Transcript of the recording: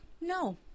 no